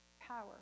power